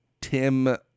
Tim